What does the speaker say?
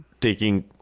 taking